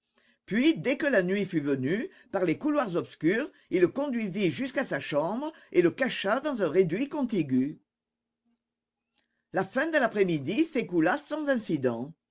puis dès que la nuit fut venue par des couloirs obscurs il le conduisit jusqu'à sa chambre et le cacha dans un réduit contigu la fin de l'après-midi s'écoula sans incident